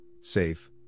SAFE